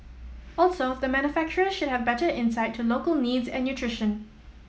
also the manufacturers should have better insight to local needs and nutrition